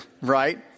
Right